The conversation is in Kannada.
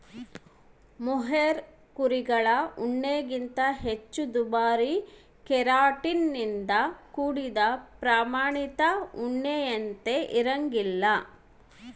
ಮೊಹೇರ್ ಕುರಿಗಳ ಉಣ್ಣೆಗಿಂತ ಹೆಚ್ಚು ದುಬಾರಿ ಕೆರಾಟಿನ್ ನಿಂದ ಕೂಡಿದ ಪ್ರಾಮಾಣಿತ ಉಣ್ಣೆಯಂತೆ ಇರಂಗಿಲ್ಲ